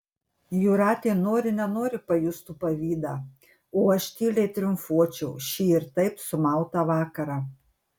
jūratė nori nenori pajustų pavydą o aš tyliai triumfuočiau šį ir taip sumautą vakarą